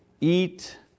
eat